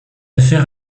affaire